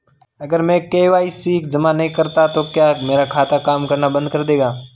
अगर मैं के.वाई.सी जमा नहीं करता तो क्या मेरा खाता काम करना बंद कर देगा?